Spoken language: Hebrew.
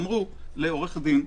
אמרו לעורך דין: